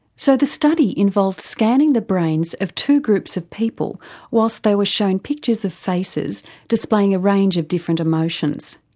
so the study involved scanning the brains of two groups of people while they were shown pictures of faces displaying a range of different emotions.